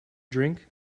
drink